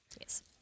Yes